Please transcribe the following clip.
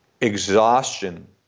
exhaustion